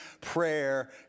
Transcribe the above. prayer